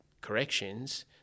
corrections